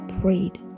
prayed